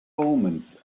omens